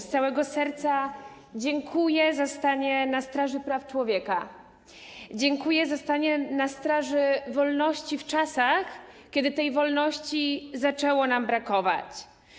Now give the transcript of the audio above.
Z całego serca dziękuję za stanie na straży praw człowieka, dziękuję za stanie na straży wolności w czasach, kiedy tej wolności zaczęło nam brakować.